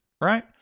right